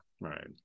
right